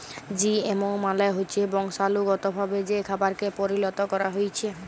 GMO মালে হচ্যে বংশালুগতভাবে যে খাবারকে পরিলত ক্যরা হ্যয়েছে